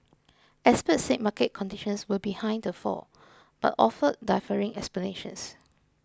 experts said market conditions were behind the fall but offered differing explanations